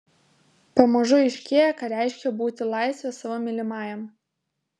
pamažu aiškėja ką reiškia būti laisve savo mylimajam